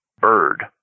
bird